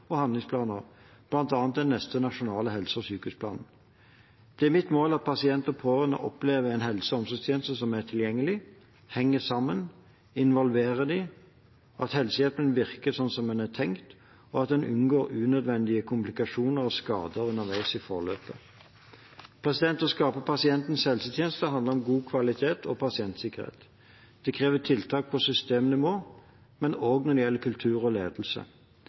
og handlingsplaner, bl.a. den neste nasjonale helse- og sykehusplanen. Det er mitt mål at pasienter og pårørende opplever en helse- og omsorgstjeneste som er tilgjengelig, henger sammen, involverer dem, at helsehjelpen virker sånn som den er tenkt, og at en unngår unødvendige komplikasjoner og skader underveis i forløpet. Å skape pasientens helsetjeneste handler om god kvalitet og pasientsikkerhet. Det krever tiltak på systemnivå, men også når det gjelder kultur og ledelse.